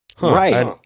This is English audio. Right